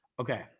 okay